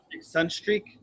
Sunstreak